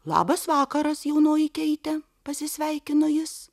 labas vakaras jaunoji keite pasisveikino jis